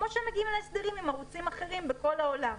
כמו שמגיעים להסדר עם ערוצים אחרים בכל העולם.